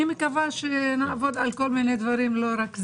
אני מקווה שנעבוד על כל מיני דברים, לא רק זה,